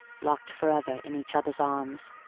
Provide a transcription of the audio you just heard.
locked for ever in each other's arms.